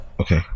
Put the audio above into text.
Okay